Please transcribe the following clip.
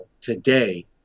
today